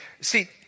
see